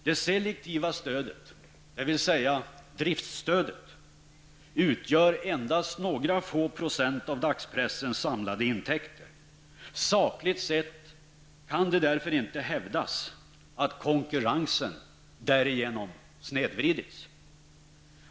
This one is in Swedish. Det selektiva stödet, dvs. driftsstödet, utgör endast några få procent av dagspressens samlade intäkter. Sakligt sett kan det därför inte hävdas att konkurrensen därigenom snedvridits.